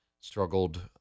Struggled